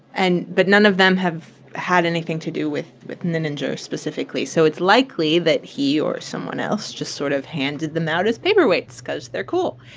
and but none of them have had anything to do with with nininger specifically. so it's likely that he or someone else just sort of handed them out as paperweights paperweights because they're cool